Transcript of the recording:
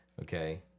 Okay